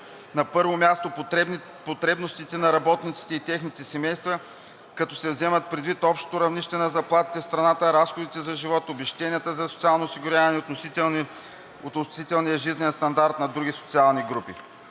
на първо място, потребностите на работниците и техните семейства, като се вземат предвид общото равнище на заплатите в страната, разходите за живот, обезщетенията за социално осигуряване, относителният жизнен стандарт на други социални групи.